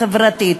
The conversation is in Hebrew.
והחברתית,